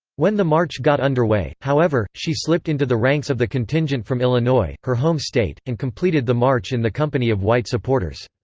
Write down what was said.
when the march got underway, however, she slipped into the ranks of the contingent from illinois, her home state, and completed the march in the company of white supporters.